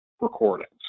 recordings